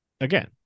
again